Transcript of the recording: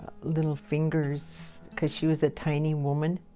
little fingers, because she was a tiny woman.